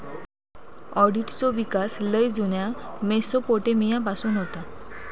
ऑडिटचो विकास लय जुन्या मेसोपोटेमिया पासून होता